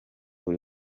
buri